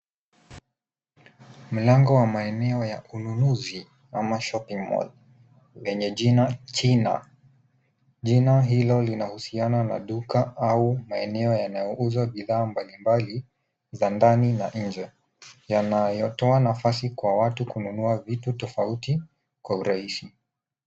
Mlango wa maeneo ya ununuzi ama shopping mall vyenye jina China. Jina hilo linahusiana na duka au maeneo yanayouzwa bidhaa mbalimbali za ndani na inje .Yanayotoa nafasi kwa watu kununua vitu tofauti kwa urahisi.